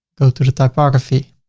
go to the topography,